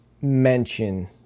mention